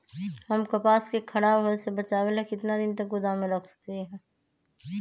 हम कपास के खराब होए से बचाबे ला कितना दिन तक गोदाम में रख सकली ह?